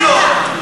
תקשיב לו.